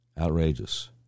Outrageous